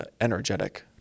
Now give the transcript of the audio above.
energetic